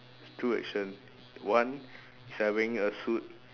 two action one is having a suit